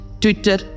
Twitter